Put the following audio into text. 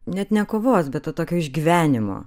net ne kovos bet to tokio išgyvenimo